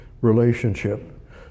relationship